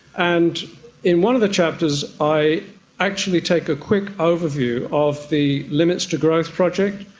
and in one of the chapters i actually take a quick overview of the limits to growth project,